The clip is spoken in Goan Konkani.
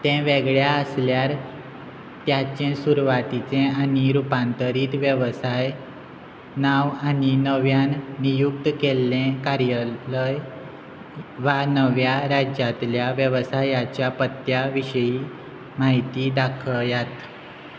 तें वेगळ्या आसल्यार त्याचें सुरवातीचें आनी रुपांतरीत वेवसाय नांव आनी नव्यान नियुक्त केल्लें कार्यालय वा नव्या राज्यांतल्या वेवसायाच्या पत्त्या विशीं म्हायती दाखयात